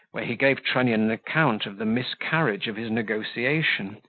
where he gave trunnion an account of the miscarriage of his negotiation,